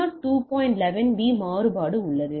11 B மாறுபாடு உள்ளது